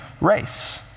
race